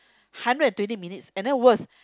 hundred and twenty minutes and then worse